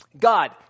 God